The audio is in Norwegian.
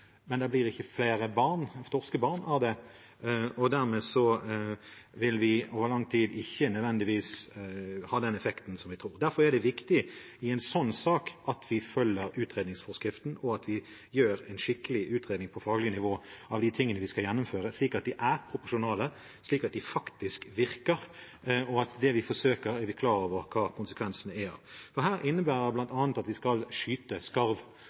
men det blir ikke flere torskebarn av det. Dermed vil det over lang tid ikke nødvendigvis ha den effekten som vi tror. Derfor er det viktig i en sånn sak at vi følger utredningsforskriften, og at vi gjør en skikkelig utredning på faglig nivå av de tingene vi skal gjennomføre, slik at de er proporsjonale, og at de faktisk virker, og at det vi forsøker, er vi klar over konsekvensene av. Dette innebærer bl.a. at vi skal skyte skarv,